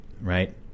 right